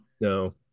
No